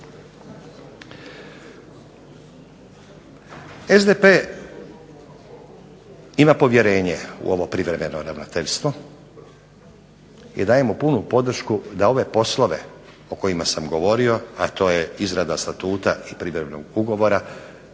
SDP ima povjerenje u ovo privremeno ravnateljstvo i daje mu punu podršku da ove poslove o kojima sam govorio, a to je izrada statuta i privremenog ugovora,